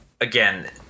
again